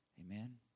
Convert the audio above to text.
Amen